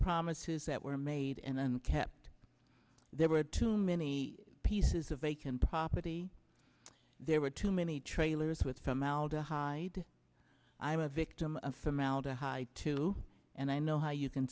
promises that were made and then kept there were too many pieces of vacant property there were too many trailers with formaldehyde i'm a victim of formaldehyde too and i know how you can